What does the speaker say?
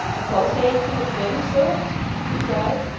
associate you with him, sir she cried.